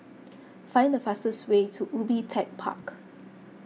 find the fastest way to Ubi Tech Park